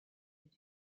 est